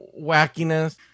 wackiness